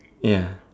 ya